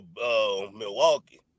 Milwaukee